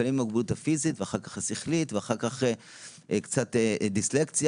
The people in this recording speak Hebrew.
לפעמים מוגבלות פיזית ואחר כך שכלית ואחר כך קצת דיסלקציה,